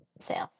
sales